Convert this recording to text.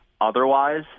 otherwise